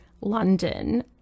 London